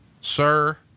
sir